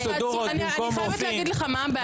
אני חייבת להגיד לך מה הבעיה.